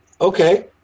Okay